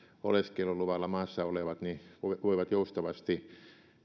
oleskeluluvalla maassa olevat voivat joustavasti